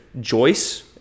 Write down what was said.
Joyce